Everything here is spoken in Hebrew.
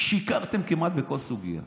שיקרתם כמעט בכל סוגיה.